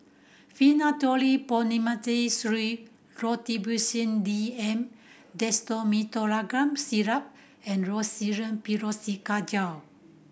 Rhinathiol Promethazine Syrup Robitussin D M Dextromethorphan Syrup and Rosiden Piroxicam Gel